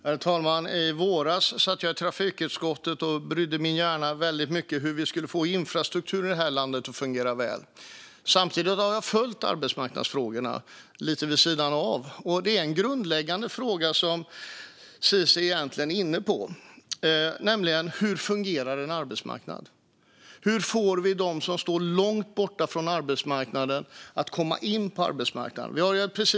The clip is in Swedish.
Herr talman! I våras satt jag i trafikutskottet och brydde min hjärna med hur vi ska få infrastrukturen i det här landet att fungera väl. Samtidigt har jag följt arbetsmarknadsfrågorna lite vid sidan av. Det är grundläggande frågor som Ciczie är inne på, nämligen hur en arbetsmarknad fungerar och hur vi får dem som står långt från arbetsmarknaden att komma in på arbetsmarknaden.